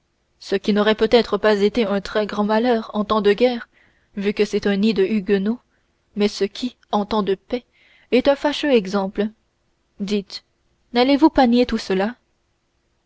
ce qui n'aurait peut-être pas été un très grand malheur en temps de guerre vu que c'est un nid de huguenots mais ce qui en temps de paix est un fâcheux exemple dites n'allez-vous pas nier tout cela